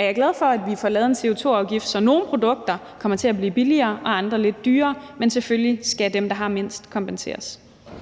er jeg glad for, at vi får lavet en CO2-afgift, så nogle produkter kommer til at blive billigere og andre lidt dyrere, men selvfølgelig skal dem, der har mindst, kompenseres.